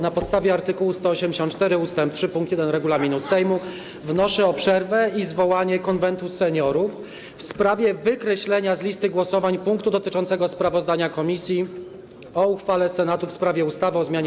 Na podstawie art. 184 ust. 3 pkt 1 regulaminu Sejmu wnoszę o przerwę i zwołanie Konwentu Seniorów w sprawie wykreślenia z listy głosowań punktu dotyczącego sprawozdania komisji o uchwale Senatu w sprawie ustawy o zmianie